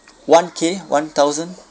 one K one thousand